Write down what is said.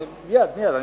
מייד.